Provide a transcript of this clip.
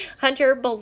Hunter